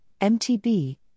MTB